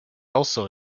also